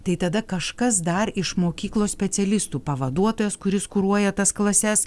tai tada kažkas dar iš mokyklos specialistų pavaduotojas kuris kuruoja tas klases